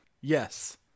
yes